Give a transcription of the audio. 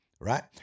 right